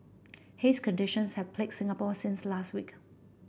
haze conditions have plague Singapore since last week